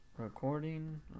recording